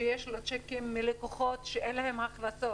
כשיש לו שיקים מלקוחות שאין להם הכנסות?